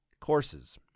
courses